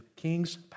king's